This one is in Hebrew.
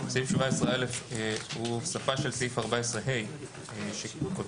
סעיף 17א הוא הוספה של סעיף 14ה שכותרתו